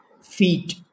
feet